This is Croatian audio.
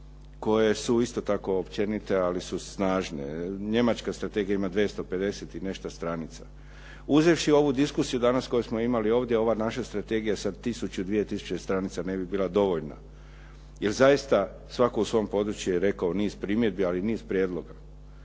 koje su isto tako općenite, ali su snažne. Njemačka strategija ima dvjesto pedeset i nešto stranica. Uzevši ovu diskusiju danas koju smo imali ovdje, ova naša strategija sa tisuću, dvije tisuće stranica ne bi bila dovoljna jer zaista svatko u svom području je rekao niz primjedbi, ali i niz prijedloga.